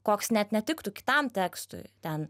koks net netiktų kitam tekstui ten